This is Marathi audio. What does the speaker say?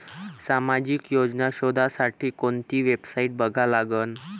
सामाजिक योजना शोधासाठी कोंती वेबसाईट बघा लागन?